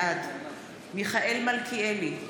בעד מיכאל מלכיאלי,